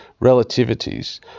Relativities